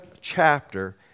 chapter